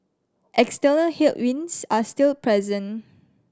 external headwinds are still present